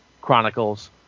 Chronicles